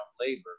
labor